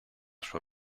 sua